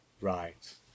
Right